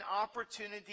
opportunity